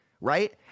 right